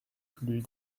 plus